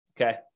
Okay